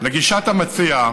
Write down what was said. לגישת המציע,